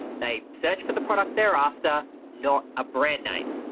they search for the product they're after, not a brand name.